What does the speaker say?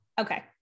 Okay